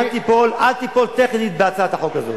אל תיפול טכנית בהצעת החוק הזאת.